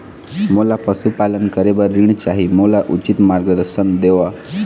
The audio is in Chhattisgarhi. मोला पशुपालन करे बर ऋण चाही, मोला उचित मार्गदर्शन देव?